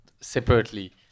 separately